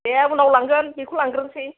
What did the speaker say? दे उनाव लांगोन बेखौ लांगोरसै